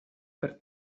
per